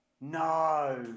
No